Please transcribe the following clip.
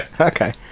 Okay